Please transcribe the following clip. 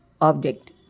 object